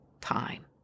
time